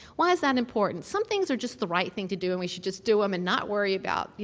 why is that important? some things are just the right thing to do, and we should just do them um and not worry about, you